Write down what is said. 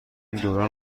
دوران